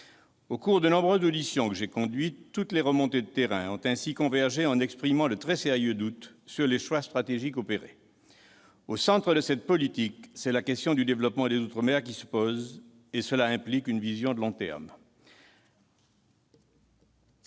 au cours des nombreuses auditions que j'ai conduites, toutes les remontées de terrain ont convergé pour exprimer de très sérieux doutes sur les choix stratégiques opérés. Au centre de cette politique, c'est la question du développement des outre-mer qui se pose. Ce développement implique une vision de long terme.